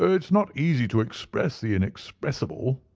it is not easy to express the inexpressible,